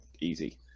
easy